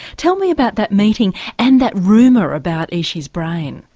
tell me about that meeting and that rumour about ishi's brain.